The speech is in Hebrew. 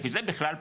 וזה בכלל פתוח.